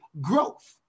growth